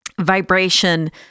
vibration